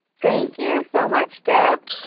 thank you so much deb.